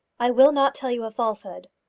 i will not tell you a falsehood.